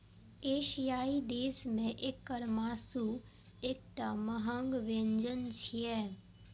एशियाई देश मे एकर मासु एकटा महग व्यंजन छियै